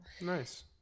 Nice